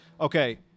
Okay